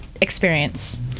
experience